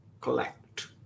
collect